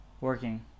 working